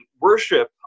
worship